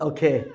Okay